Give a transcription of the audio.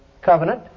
covenant